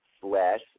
slash